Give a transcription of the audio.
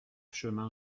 chemin